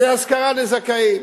להשכרה לזכאים.